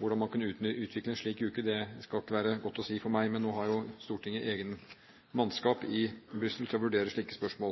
Hvordan man kunne utvikle en slik uke, skal ikke være godt å si for meg, men nå har jo Stortinget eget mannskap i Brussel til å vurdere slike